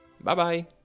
Bye-bye